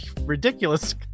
ridiculous